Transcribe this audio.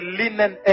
linen